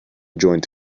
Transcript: joint